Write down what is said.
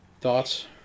Thoughts